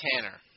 Tanner